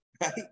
Right